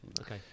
Okay